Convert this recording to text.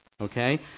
Okay